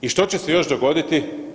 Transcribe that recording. I što će se još dogoditi?